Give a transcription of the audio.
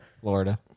Florida